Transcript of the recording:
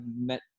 met